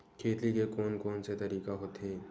खेती के कोन कोन से तरीका होथे?